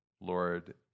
Lord